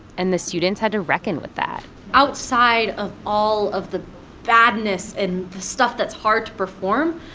and the students had to reckon with that outside of all of the badness and stuff that's hard to perform,